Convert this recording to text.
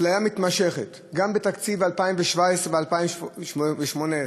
אפליה מתמשכת, גם בתקציב 2017 ו-2018,